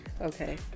okay